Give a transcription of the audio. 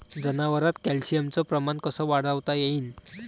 जनावरात कॅल्शियमचं प्रमान कस वाढवता येईन?